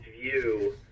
view